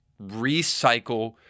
recycle